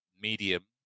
medium